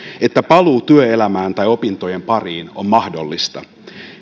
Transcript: että paluu työelämään tai opintojen pariin on mahdollista